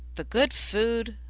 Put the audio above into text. the good food,